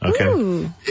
Okay